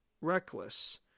reckless